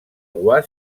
roi